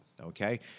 Okay